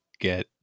get